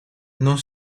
non